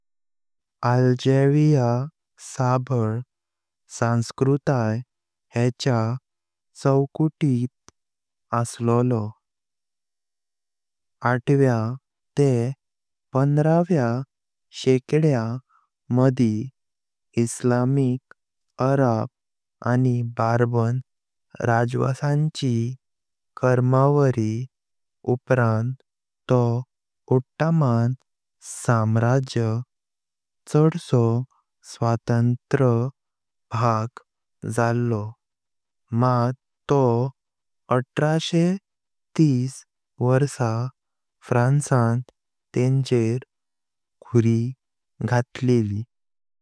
आल्जेरिया सभार संस्कृती हेंचा चौकटींत असलो। आठव्या ते पंधराव्या शेकड्या मदी इस्लामिक अरब आनी बर्बर राज्यवंशांची कर्मचारी उपचारां। उपरांत तो ऑटोमान साम्राज्याचो छडसो स्वतंत्र भाग जालो, मात तो आट्राशे तीस वर्षों फ्रांसीसांनी तेंचर घुरी घालतिं।